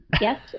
yes